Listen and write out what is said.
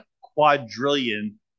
quadrillion